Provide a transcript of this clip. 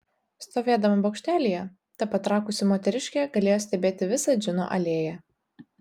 stovėdama bokštelyje ta patrakusi moteriškė galėjo stebėti visą džino alėją